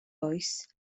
oes